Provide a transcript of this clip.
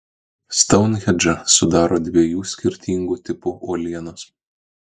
stounhendžą sudaro dviejų skirtingų tipų uolienos